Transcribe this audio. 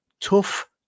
Tough